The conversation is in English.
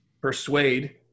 persuade